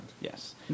Yes